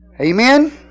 Amen